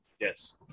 Yes